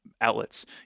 Outlets